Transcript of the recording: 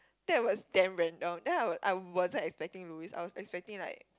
that was damn random then I was I wasn't expecting Louis I was expecting like